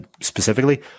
specifically